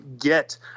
get